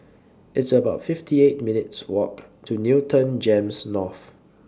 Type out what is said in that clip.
It's about fifty eight minutes' Walk to Newton Gems North